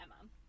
emma